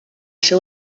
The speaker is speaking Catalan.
seu